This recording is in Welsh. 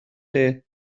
chi